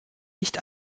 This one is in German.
nicht